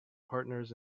partners